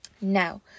Now